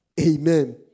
Amen